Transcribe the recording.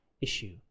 issue